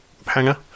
hanger